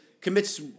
commits